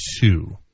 two